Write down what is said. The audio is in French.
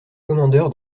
commandeur